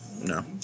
No